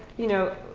you know,